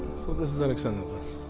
so this is alexanderplatz.